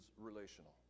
relational